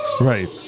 Right